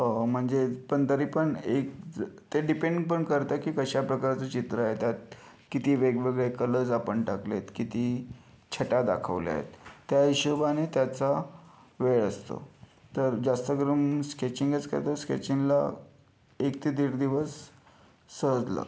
म्हणजे पण तरी पण एक ते डिपेंड पण करतं की कशाप्रकारचं चित्र आहे त्यात किती वेगवेगळे कलर्स आपण टाकले आहेत किती छटा दाखवल्या आहेत त्या हिशोबाने त्याचा वेळ असतो तर जास्त करून स्केचिंगच करतो स्केचिंगला एक ते दीड दिवस सहज लागतो